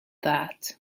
that